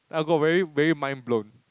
I got very very mind-blown